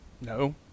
No